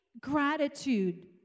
gratitude